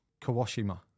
Kawashima